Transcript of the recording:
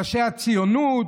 מראשי הציונות.